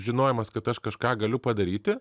žinojimas kad aš kažką galiu padaryti